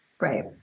Right